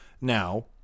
now